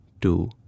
two